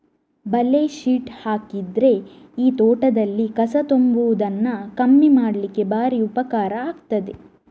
ಬಲೆ ಶೀಟ್ ಹಾಕಿದ್ರೆ ಈ ತೋಟದಲ್ಲಿ ಕಸ ತುಂಬುವುದನ್ನ ಕಮ್ಮಿ ಮಾಡ್ಲಿಕ್ಕೆ ಭಾರಿ ಉಪಕಾರ ಆಗ್ತದೆ